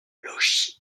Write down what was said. logis